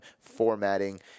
formatting